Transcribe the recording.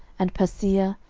and paseah,